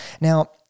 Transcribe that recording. Now